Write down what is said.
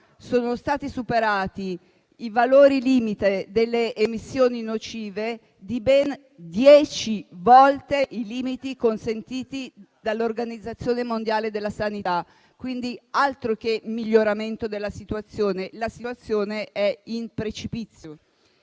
sono stati superati i valori delle emissioni nocive di ben 10 volte i limiti consentiti dall'Organizzazione mondiale della sanità; altro che miglioramento, la situazione è in precipizio.